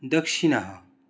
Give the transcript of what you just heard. दक्षिणः